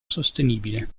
sostenibile